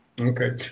Okay